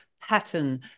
pattern